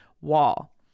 wall